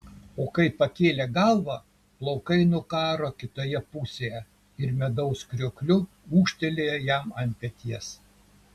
o kai pakėlė galvą plaukai nukaro kitoje pusėje ir medaus kriokliu ūžtelėjo jam ant peties